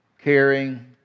caring